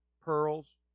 pearls